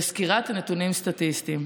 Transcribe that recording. וסקירת נתונים סטטיסטיים.